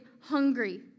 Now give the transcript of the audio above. hungry